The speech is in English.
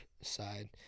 side